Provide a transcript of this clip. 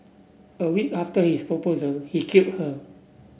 a week after his proposal he killed her